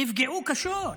נפגעו קשות.